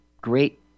great